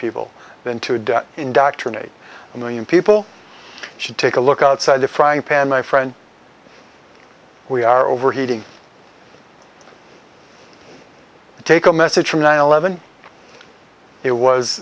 people than to indoctrinate a million people should take a look outside the frying pan my friend we are overheating take a message from nine eleven it was